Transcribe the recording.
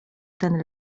ten